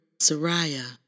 Sariah